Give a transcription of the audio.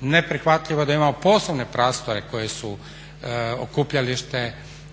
Neprihvatljivo je da imamo poslovne prostore koji su okupljalište